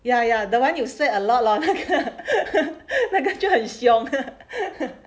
ya ya the one you sweat a lot lor 那个那个就很凶